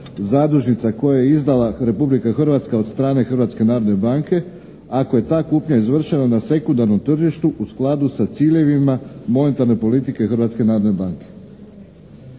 zadužnica koje je izdala Republika Hrvatska od strane Hrvatske narodne banke ako je ta kupnja izvršena na sekundarnom tržištu u skladu sa ciljevima monetarne politike Hrvatske narodne banke."